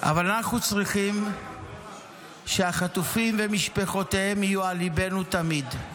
אבל אנחנו צריכים שהחטופים ומשפחותיהם יהיו על ליבנו תמיד.